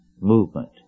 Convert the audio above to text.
movement